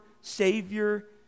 Savior